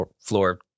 floor